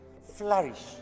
Flourish